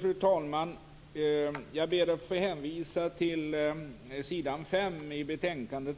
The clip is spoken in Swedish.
Fru talman! Jag ber att få hänvisa till längst ned på s. 5 i betänkandet.